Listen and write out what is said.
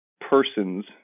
persons